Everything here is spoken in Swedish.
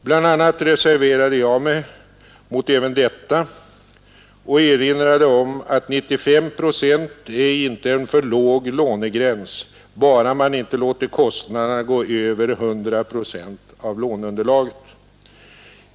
Bland andra reserverade jag mig mot även detta och erinrade om att 95 procent inte är en för låg lånegräns, bara man inte låter kostnaderna gå över 100 procent av låneunderlaget.